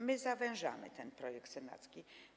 My zawężamy ten projekt senacki.